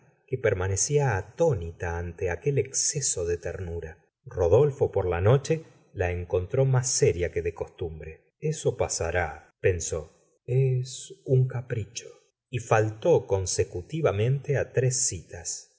que permanecía atónita ante aquel exceso de ternura rodolfo por la noche la encontró más seria que de costumbre eso pasará pensó es un capricho y faltó consecutivamente tres citas